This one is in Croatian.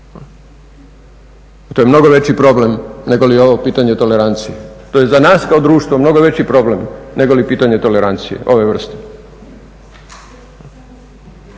To je mnogo veći problem negoli ovo pitanje tolerancije. To je za nas kao društvo mnogo veći problem negoli pitanje tolerancije ove vrste.